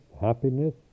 happiness